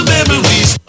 Memories